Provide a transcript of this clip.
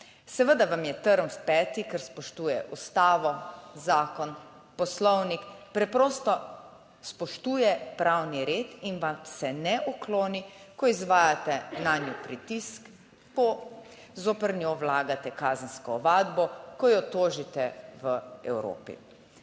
Seveda vam je trn v peti, ker spoštuje Ustavo, zakon, Poslovnik. Preprosto spoštuje pravni red in vam se ne ukloni, ko izvajate nanjo pritisk, ko zoper njo vlagate kazensko ovadbo, ko jo tožite v Evropi.